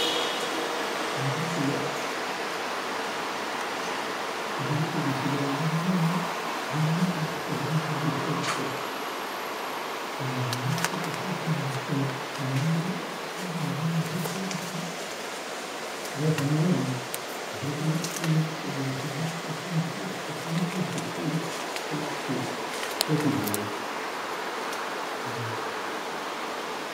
Ahabw'okuba by'obutegyeki tihiine orikushoboorokyerwa eki arikukora. Naaronda eki ashemereiire kukora kimuburire ahabw'okuba naaza omu by'obutegyeki, baazamu boona tihiine orikushoboorokyerwa kwete kwetegyereza.